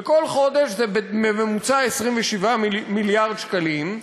בכל חודש זה בממוצע 27 מיליארד שקלים,